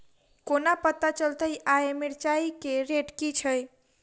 कोना पत्ता चलतै आय मिर्चाय केँ रेट की छै?